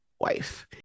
wife